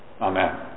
Amen